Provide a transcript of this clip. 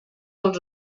els